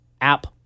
app